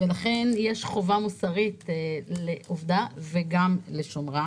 ולכן יש חובה מוסרית לעבדה וגם לשמרה.